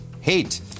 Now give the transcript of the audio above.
hate